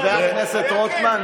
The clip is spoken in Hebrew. חבר הכנסת רוטמן,